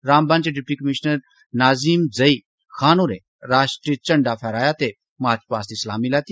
रामबन च deputy commissioner Nazim Zai Khan झंडा फैहराया ते मार्च पास्ट दी सलामी लैती